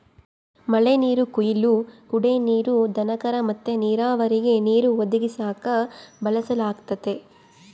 ಮಳೆನೀರು ಕೊಯ್ಲು ಕುಡೇ ನೀರು, ದನಕರ ಮತ್ತೆ ನೀರಾವರಿಗೆ ನೀರು ಒದಗಿಸಾಕ ಬಳಸಲಾಗತತೆ